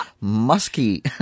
Musky